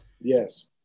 Yes